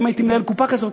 הרי אם הייתי מנהל קופה כזאת,